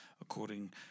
according